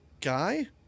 guy